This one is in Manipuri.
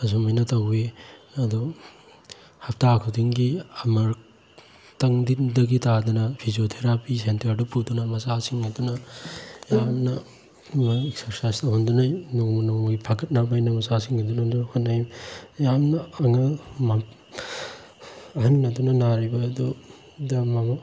ꯑꯁꯨꯝ ꯍꯥꯏꯅ ꯇꯧꯏ ꯑꯗꯨ ꯍꯥꯞꯇꯥ ꯈꯨꯗꯤꯡꯒꯤ ꯑꯃꯨꯔꯛꯇꯪꯗꯒꯤ ꯇꯥꯗꯅ ꯐꯤꯖꯤꯑꯣ ꯊꯦꯔꯥꯄꯤ ꯁꯦꯟꯇꯔꯗ ꯄꯨꯗꯨꯅ ꯃꯆꯥꯁꯤꯡ ꯑꯗꯨꯅ ꯌꯥꯝꯅ ꯑꯦꯛꯁꯔꯁꯥꯏꯁ ꯇꯧꯍꯟꯗꯨꯅ ꯅꯣꯡꯃ ꯅꯣꯡꯃꯩ ꯐꯒꯠꯅꯕ ꯍꯥꯏꯗꯅ ꯃꯆꯥꯁꯤꯡ ꯑꯗꯨꯅ ꯍꯣꯠꯅꯩ ꯌꯥꯝꯅ ꯑꯍꯟ ꯑꯗꯨꯅ ꯅꯥꯔꯤꯕ ꯑꯗꯨꯗ